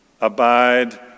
Abide